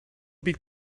byd